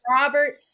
Robert